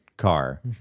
Car